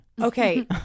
Okay